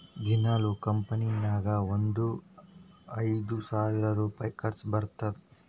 ದಿನಾಲೂ ಕಂಪನಿ ನಾಗ್ ಒಂದ್ ಐಯ್ದ ಸಾವಿರ್ ರುಪಾಯಿ ಖರ್ಚಾ ಬರ್ತುದ್